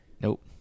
Nope